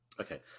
Okay